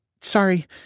sorry